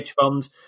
fund